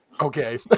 Okay